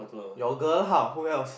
your girl lah who else